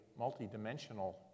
multidimensional